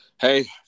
hey